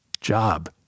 job